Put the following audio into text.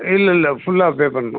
இல்லைல்ல ஃபுல்லா பே பண்ணணும்